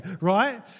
right